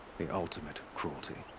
the ultimate. cruelty.